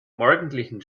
morgendlichen